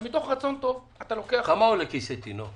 ומתוך רצון טוב אתה לוקח --- כמה עולה כיסא תינוק?